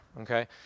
okay